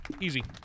Easy